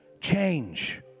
change